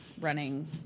Running